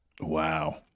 wow